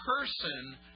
person